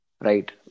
Right